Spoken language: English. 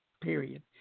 period